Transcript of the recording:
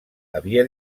havia